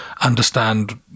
understand